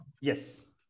Yes